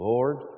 Lord